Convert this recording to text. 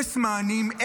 אפס מענים.